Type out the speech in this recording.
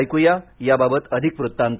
ऐकूया याबाबत अधिक वृत्तांत